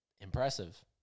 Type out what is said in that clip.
Impressive